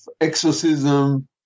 exorcism